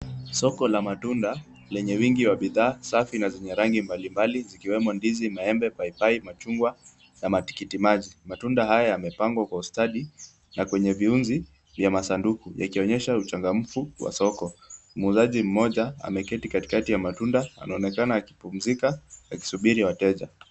Soko la matunda lenye wingi wa bidhaa safi na zenye rangi mbalimbali zikiwemo ndizi, maembe, paipai, machungwa na matikitimaji. Matunda haya yamepangwa kwa ustadi na kwenye viunzi vya masanduku yakionyesha uchangamfu wa soko. Muuzaji mmoja ameketi katikati ya matunda anaonekana akipumzika akisubiri wateja.